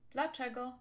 Dlaczego